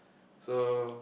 so